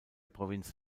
provinz